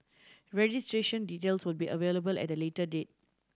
registration details will be available at a later date